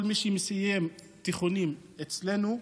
כל מי שמסיים תיכונים אצלנו,